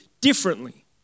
differently